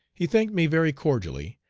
he thanked me very cordially,